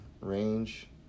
range